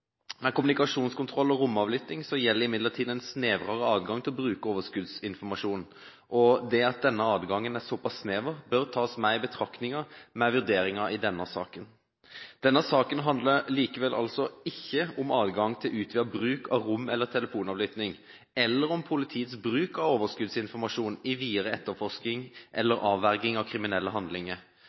med i betraktningen ved vurderingen i denne saken. Denne saken handler ikke om adgang til utvidet bruk av rom- eller telefonavlytting eller om politiets bruk av overskuddsinformasjon i videre etterforsking eller til avverging av kriminelle handlinger.